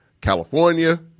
California